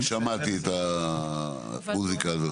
שמעתי את המוסיקה הזאת.